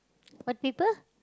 what people